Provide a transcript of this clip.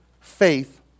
faith